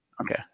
okay